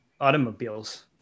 automobiles